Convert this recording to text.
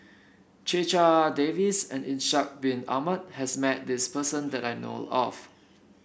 Checha Davies and Ishak Bin Ahmad has met this person that I know of